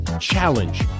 challenge